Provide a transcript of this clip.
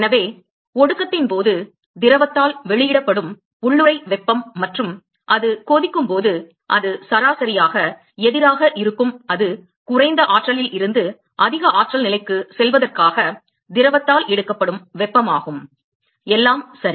எனவே ஒடுக்கத்தின் போது திரவத்தால் வெளியிடப்படும் உள்ளுறை வெப்பம் மற்றும் அது கொதிக்கும் போது அது சரியாக எதிராக இருக்கும் அது குறைந்த ஆற்றலில் இருந்து அதிக ஆற்றல் நிலைக்குச் செல்வதற்காக திரவத்தால் எடுக்கப்படும் வெப்பம் ஆகும் எல்லாம் சரி